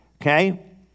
Okay